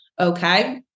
Okay